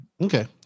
Okay